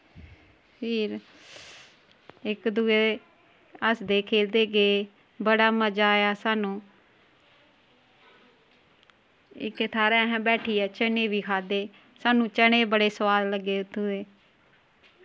फिर इक दुए हसदे खेलदे गे बड़ा मजा आया साह्नू इक थाह्र असैं बैठियै चने वी खाद्दे साह्नू चने बड़े सोआद लग्गे उत्थूं दे